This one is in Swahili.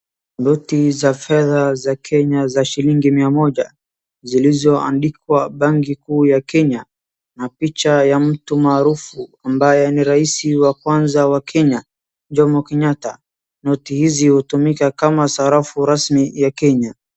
Noti za fedha za Kenya za shilingi mia moja, zilizoandikwa Banki kuu ya Kenya, na picha ya mtu maarufu ambaye ni rais wa kwanza wa Kenya, Jomo Kenyatta, noti hizi hutumika kama sarafu rasmi ya Kenya.